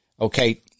okay